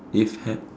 if hap